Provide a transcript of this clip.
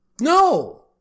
no